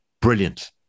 brilliant